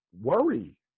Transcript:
worry